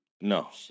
No